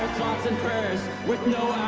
thoughts and prayers with no